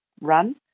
run